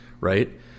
right